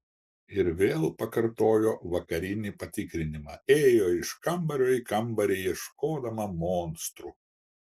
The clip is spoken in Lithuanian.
ir vėl pakartojo vakarinį patikrinimą ėjo iš kambario į kambarį ieškodama monstrų